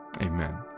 Amen